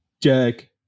Jack